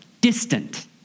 distant